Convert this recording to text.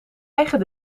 eigen